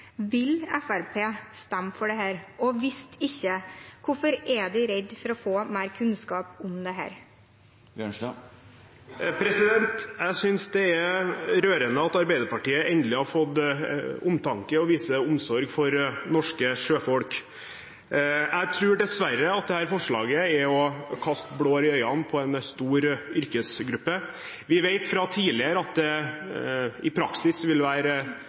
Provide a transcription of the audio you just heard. Vil Fremskrittspartiet stemme for dette, og hvis ikke – hvorfor er en redd for å få mer kunnskap om det? Jeg synes det er rørende at Arbeiderpartiet endelig har fått omtanke og viser omsorg for norske sjøfolk. Jeg tror dessverre at dette forslaget er å kaste blår i øynene på en stor yrkesgruppe. Vi vet fra tidligere at det i praksis vil være